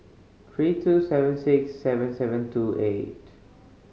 three two seven six seven seven two eight